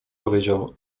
powiedział